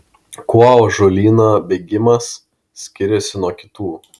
kuo ąžuolyno bėgimas skiriasi nuo kitų